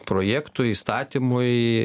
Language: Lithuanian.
projektui įstatymui